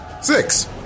Six